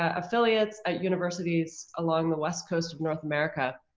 ah affiliates at universities along the west coast of north america.